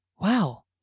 wow